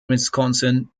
wisconsin